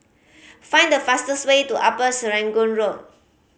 find the fastest way to Upper Serangoon Road